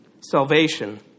Salvation